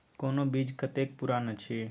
कोनो बीज कतेक पुरान अछि?